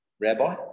Rabbi